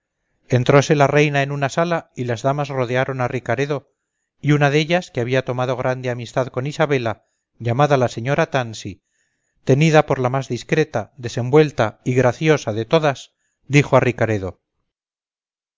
hacía entróse la reina en una sala y las damas rodearon a ricaredo y una dellas que había tomado grande amistad con isabela llamada la señora tansi tenida por la más discreta desenvuelta y graciosa de todas dijo a ricaredo